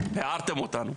הערתם אותנו.